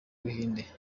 buhinde